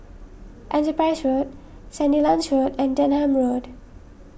Enterprise Road Sandilands Road and Denham Road